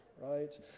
right